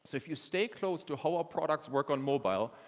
if you stay close to how our products work on mobile,